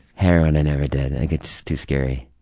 heroin i never did. i think it's too scary.